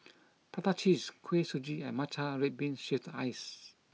Prata Cheese Kuih Suji and Matcha Red Bean Shaved Ice